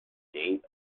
date